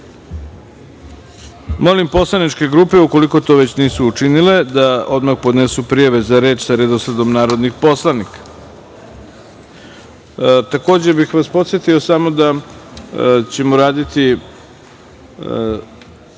poslaničke grupe ukoliko to nisu učinile, da odmah podnesu prijave za reč sa redosledom narodnih poslanika. Takođe bih vas podsetio da ćemo danas raditi